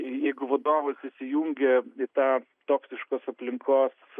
jeigu vadovas įsijungia į tą toksiškos aplinkos